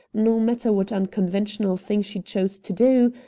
no matter what unconventional thing she chose to do,